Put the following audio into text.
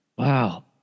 Wow